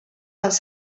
els